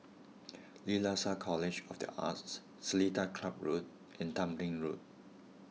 Lasalle College of the Arts Seletar Club Road and Tembeling Road